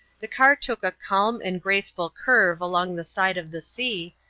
the car took a calm and graceful curve along the side of the sea,